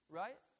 right